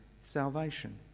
salvation